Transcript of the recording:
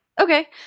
Okay